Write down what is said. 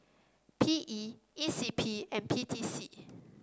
P E E C P and P T C